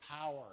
power